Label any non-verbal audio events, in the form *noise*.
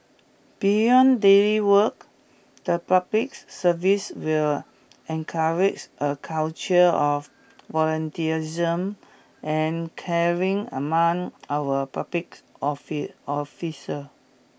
beyond daily work the public service will encourage a culture of volunteerism and caring among our public *unintelligible* officer